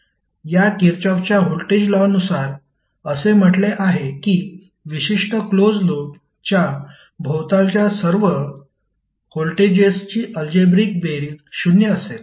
या किरचॉफच्या voltage law नुसार असे म्हटले आहे की विशिष्ट क्लोज लूप च्या भोवतालच्या सर्व व्होल्टेजेसची अल्जेब्रिक बेरीज 0 असेल